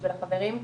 בשביל החברים,